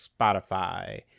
Spotify